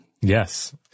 Yes